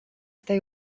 they